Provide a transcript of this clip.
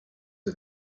are